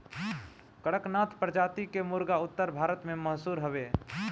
कड़कनाथ प्रजाति कअ मुर्गा उत्तर भारत में मशहूर हवे